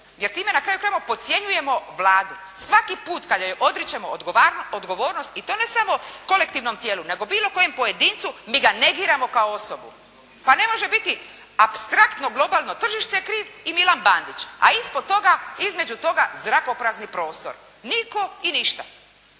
jer time na kraju krajeva podcjenjujemo Vladu. Svaki put kada joj odričemo odgovornost i to ne samo kolektivnom tijelu, nego bilo kojem pojedincu mi ga negiramo kao osobu. Pa ne može biti apstraktno globalno tržište kriv i Milan Bandić, a ispod toga, između toga zrakoprazni prostor. Nitko i ništa.